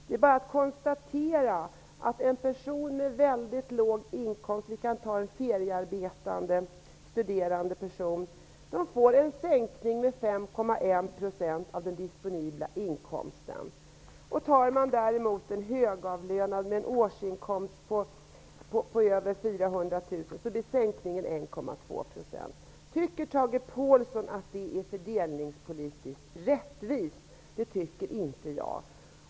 Det är bara att konstatera att en person med väldigt låg inkomst, vi kan ta en feriearbetande studerande person som exempel, får en sänkning av den disponibla inkomsten med 5,1 %. Tar man däremot en högavlönad med en årsinkomst på över 400 000 blir sänkningen 1,2 %. Tycker Tage Påhlsson att det är fördelningspolitiskt rättvist? Det tycker inte jag.